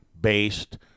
based